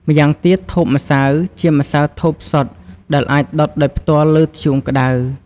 ម៉្យាងទៀតធូបម្សៅ ជាម្សៅធូបសុទ្ធដែលអាចដុតដោយផ្ទាល់លើធ្យូងក្តៅ។